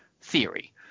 theory